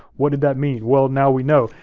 what did that mean? well, now we know.